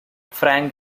frank